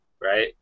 right